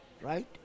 right